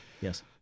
Yes